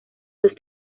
los